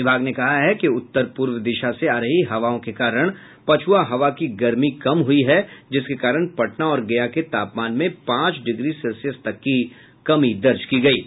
विभाग ने कहा कि उत्तर पूर्व दिशा से आ रही हवाओं के कारण पछुआ हवा की गर्मी कम हुई है जिसके कारण पटना और गया की तापमान में पांच डिग्री सेल्सियस तक की कमी दर्ज की गयी है